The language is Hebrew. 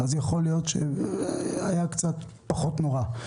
יכול להיות שהיה קצת פחות נורא.